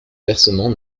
versement